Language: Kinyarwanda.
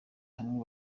hamwe